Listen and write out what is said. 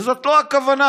וזאת לא הכוונה.